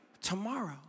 tomorrow